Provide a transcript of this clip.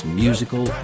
musical